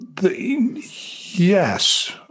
Yes